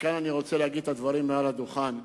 וכאן אני רוצה לומר את הדברים מעל לדוכן,